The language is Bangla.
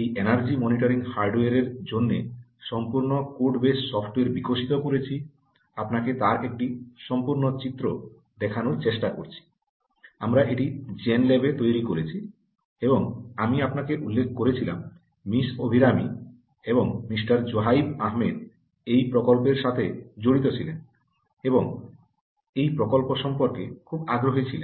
এই এনার্জি মনিটরিং হার্ডওয়্যার জন্য সম্পূর্ণ কোড বেস সফ্টওয়্যার বিকশিত করেছি আপনাকে তার একটি সম্পূর্ণ চিত্র দেখানোর চেষ্টা করছি আমরা এটি যেন ল্যাবে তৈরি করেছি এবং আমি আপনাকে উল্লেখ করেছিলাম মিস অভিরামী এবং মিস্টার জুহাইব আহমেদ এই প্রকল্পের সাথে জড়িত ছিলেন এবং এই প্রকল্প সম্পর্কে খুব আগ্রহী ছিলেন